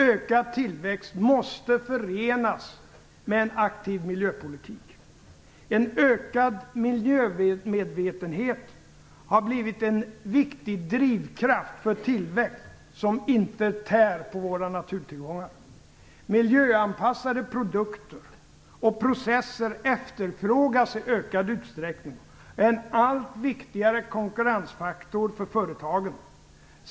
Ökad tillväxt måste förenas med en aktiv miljöpolitik. En ökad miljömedvetenhet har blivit en viktig drivkraft för en tillväxt som inte tär på våra naturtillgångar. Miljöanpassade produkter och processer efterfrågas i ökad utsträckning och är en allt viktigare konkurrensfaktor för företagen.